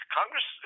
Congress